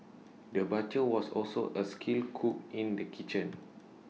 the butcher was also A skilled cook in the kitchen